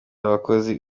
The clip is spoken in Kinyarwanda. abakozi